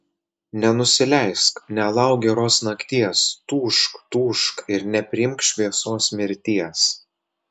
nenusileisk nelauk geros nakties tūžk tūžk ir nepriimk šviesos mirties